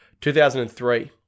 2003